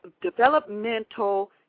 developmental